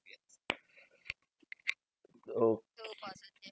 okay